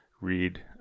read